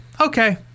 Okay